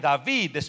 David